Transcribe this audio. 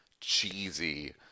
cheesy